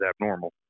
abnormal